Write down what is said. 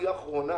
היא האחרונה